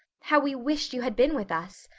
how we wished you had been with us.